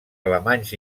alemanys